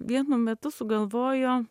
vienu metu sugalvojo